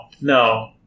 no